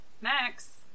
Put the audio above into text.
max